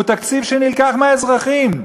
הוא תקציב שנלקח מהאזרחים.